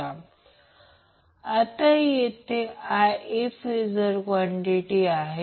तर म्हणून या प्रकरणात त्याचप्रमाणे मी हे Vab Van Vbn लिहिले